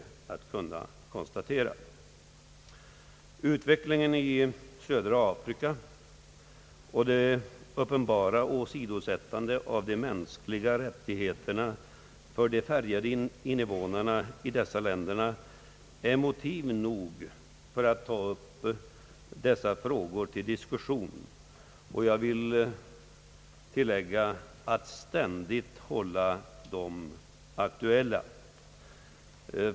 Utvecklingen i södra Afrika och det uppenbara åsidosättandet av de mänskliga rättigheterna för de färgade invånarna i dessa länder är motiv nog för att ta upp dessa frågor till diskussion och att ständigt hålla dem aktuella.